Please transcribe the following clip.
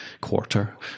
quarter